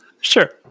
Sure